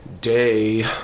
day